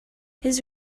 his